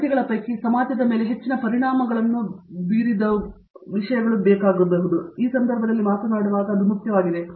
ಸಂಖ್ಯೆಯ ಪೈಕಿ ಸಮಾಜದ ಮೇಲೆ ಹೆಚ್ಚಿನ ಪರಿಣಾಮವನ್ನು ಬೀರಿದವುಗಳೆಂದರೆ ನಾವು ಈ ಸಂದರ್ಭದಲ್ಲಿ ಮಾತನಾಡಿದಾಗ ಅದು ಮುಖ್ಯವಾಗಿದೆ